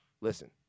Listen